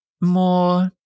more